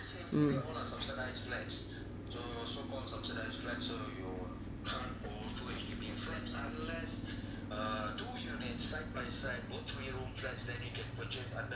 mm